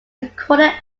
recorded